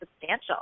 substantial